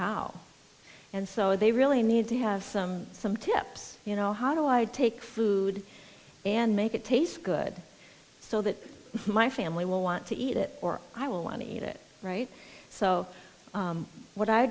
how and so they really need to have some tips you know how do i take food and make it taste good so that my family will want to eat it or i will want to eat it right so what i